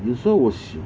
有时候我想